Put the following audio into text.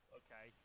okay